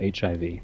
HIV